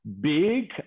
big